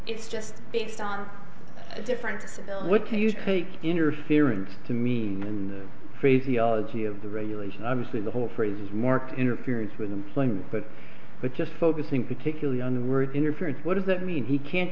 it's just based on a different what do you take interference to mean the phraseology of the regulation obviously the whole phrases more interference with the plane but but just focusing particularly on the word interference what does that mean he can't